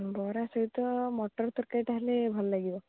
ବରା ସହିତ ମଟର ତରକାରୀଟା ହେଲେ ଭଲ ଲାଗିବ